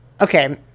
okay